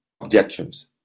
objections